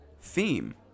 theme